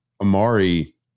Amari